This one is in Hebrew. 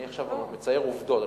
עכשיו אני מציין עובדות,